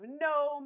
no